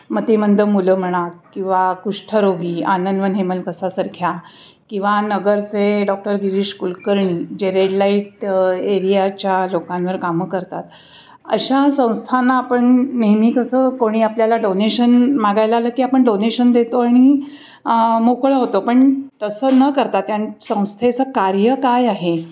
मतिमंद मुलं म्हणा किंवा कुष्ठरोगी आनंदवन हेमलकसासारख्या किंवा नगरचे डॉक्टर गिरीश कुलकर्णी जे रेडलाइट एरियाच्या लोकांवर कामं करतात अशा संस्थांना आपण नेहमी कसं कोणी आपल्याला डोनेशन मागायला आलं की आपण डोनेशन देतो आणि मोकळं होतो पण तसं न करता त्यां संस्थेचं कार्य काय आहे